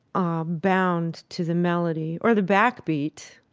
um, bound to the melody or the backbeat,